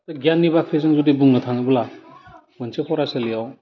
जे गियाननि बाख्रि जुदि जों बुंनो थाङोब्ला मोनसे फरायसालियाव